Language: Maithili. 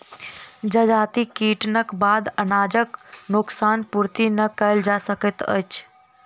जजाति कटनीक बाद अनाजक नोकसान पूर्ति नै कयल जा सकैत अछि